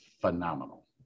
phenomenal